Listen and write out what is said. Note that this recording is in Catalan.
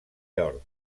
york